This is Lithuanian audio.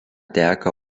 teka